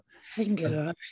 Singular